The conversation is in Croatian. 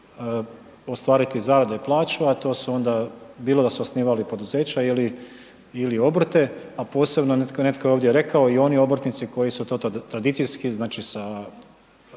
ostvariti zaradu i plaću a to su onda bilo da su osnivali poduzeća ili obrte a posebno, netko je ovdje rekao i oni obrtnici koji su to tradicijski, znači sa